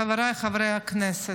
חבריי חברי הכנסת,